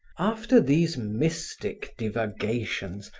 after these mystic divagations,